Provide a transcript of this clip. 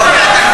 אתה שר.